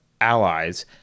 allies